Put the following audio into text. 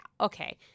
okay